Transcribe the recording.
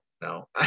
no